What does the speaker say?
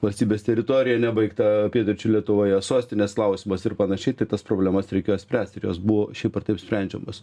valstybės teritoriją nebaigtą pietryčių lietuvoje sostinės klausimas ir panašiai tai tas problemas reikėjo spręsti jos buvo šiaip ar taip sprendžiamos